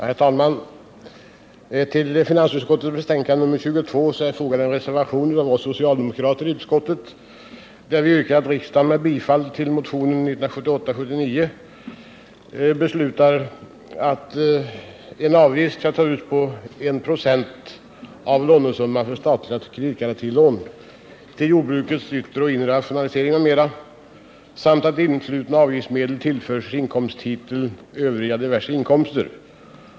Herr talman! Till finansutskottets betänkande nr 22 är fogad en reservation av oss socialdemokrater i utskottet där vi yrkar att riksdagen med bifall till motionen 1978/79:2136 beslutar att en avgift av 196 skall tas ut på lånesumman för statliga kreditgarantilån till jordbrukets yttre och inre rationalisering m.m. samt att influtna avgiftsmedel tillförs inkomsttiteln Övriga diverse inkomster.